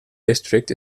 district